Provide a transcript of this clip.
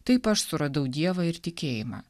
taip aš suradau dievą ir tikėjimą